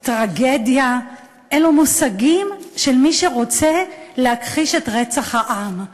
"טרגדיה" אלו מושגים של מי שרוצה להכחיש את רצח העם,